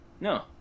No